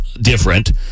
different